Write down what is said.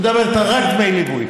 אני מדבר איתך רק על דמי ליווי.